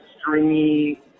stringy